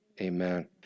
amen